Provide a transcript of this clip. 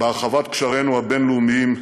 בהרחבת קשרינו הבין-לאומיים,